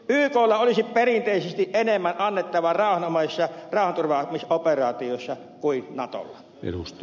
yklla olisi perinteisesti enemmän annettavaa rauhanomaisissa rauhanturvaamisoperaatioissa kuin natolla